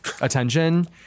attention